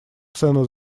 цену